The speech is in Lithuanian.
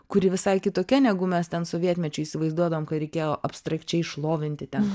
kuri visai kitokia negu mes ten sovietmečiu įsivaizduodavom kai reikėjo abstrakčiai šlovinti ten